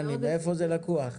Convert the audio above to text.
מאיפה הוא לקוח?